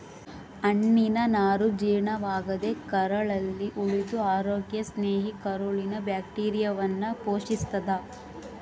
ಹಣ್ಣಿನನಾರು ಜೀರ್ಣವಾಗದೇ ಕರಳಲ್ಲಿ ಉಳಿದು ಅರೋಗ್ಯ ಸ್ನೇಹಿ ಕರುಳಿನ ಬ್ಯಾಕ್ಟೀರಿಯಾವನ್ನು ಪೋಶಿಸ್ತಾದ